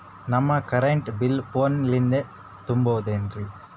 ನಮ್ current bill ಫೋನ ಲಿಂದೇ ತುಂಬೌದ್ರಾ?